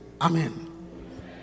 Amen